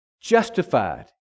justified